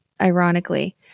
ironically